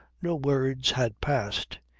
no words had passed,